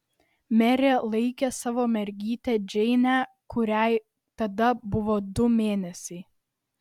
merė laikė savo mergytę džeinę kuriai tada buvo du mėnesiai